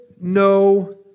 no